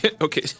okay